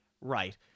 Right